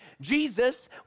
Jesus